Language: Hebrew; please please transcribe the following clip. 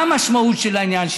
מה המשמעות של העניין?